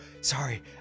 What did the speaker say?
sorry